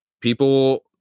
people